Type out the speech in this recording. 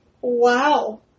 Wow